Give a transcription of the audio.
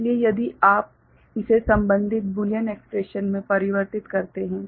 इसलिए यदि आप इसे संबंधित बूलियन एक्स्प्रेशन में परिवर्तित करते हैं